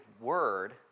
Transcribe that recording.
word